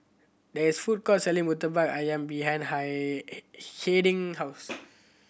there is a food court selling Murtabak Ayam behind Hiding house